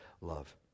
love